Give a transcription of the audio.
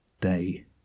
day